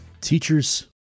Teachers